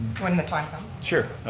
when the time comes. sure,